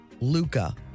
Luca